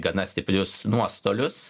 gana stiprius nuostolius